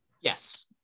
Yes